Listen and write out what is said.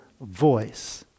voice